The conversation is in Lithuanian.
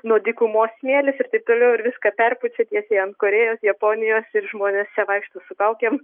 nuo dykumos smėlis ir taip toliau ir viską perpučia tiesiai ant korėjos japonijos ir žmonėse vaikšto su kaukėm